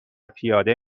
پیاده